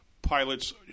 Pilots